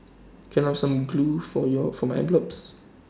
can I have some glue for your for my envelopes